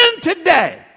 today